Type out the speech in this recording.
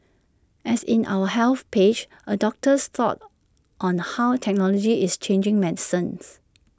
as in our health page A doctor's thoughts on how technology is changing medicines